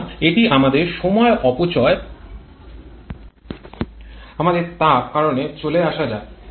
সুতরাং এটি আমাদের সময় অপচয় আমাদের তাপ কারণে চলে আসা যাক